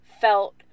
felt